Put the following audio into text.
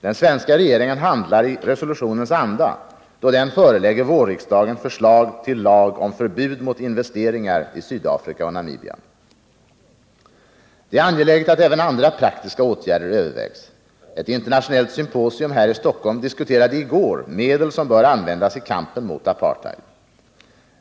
Den svenska regeringen handlar i resolutionens anda, då den förelägger vårriksdagen förslag till lag om förbud mot investeringar i Sydafrika och Namibia. Det är angeläget att även andra praktiska åtgärder övervägs. Ett internationellt symposium här i Stockholm diskuterade i går medel som bör användas i kampen mot apartheid.